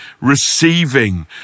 receiving